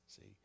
See